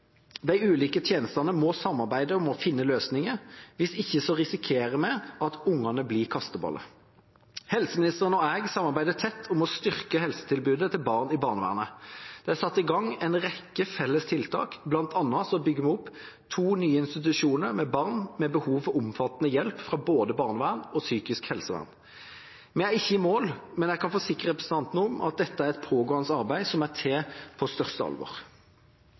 De ulike tjenestene må samarbeide om å finne løsninger, hvis ikke risikerer vi at ungene blir kasteballer. Helseministeren og jeg samarbeider tett om å styrke helsetilbudet til barn i barnevernet. Det er satt i gang en rekke felles tiltak, bl.a. bygger vi opp to nye institusjoner for barn med behov for omfattende hjelp fra både barnevern og psykisk helsevern. Vi er ikke i mål, men jeg forsikrer representanten om at dette er et pågående arbeid som jeg tar på største alvor.